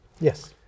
Yes